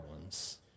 ones